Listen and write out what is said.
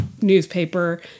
newspaper